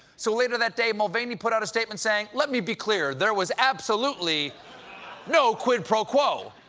so later that day, mulvaney put out a statement saying, let me be clear, there was absolutely no quid pro quo.